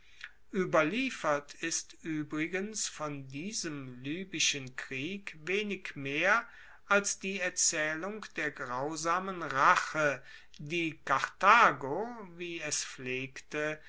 ueberliefert ist uebrigens von diesem libyschen krieg wenig mehr als die erzaehlung der grausamen rache die karthago wie es pflegte